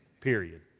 Period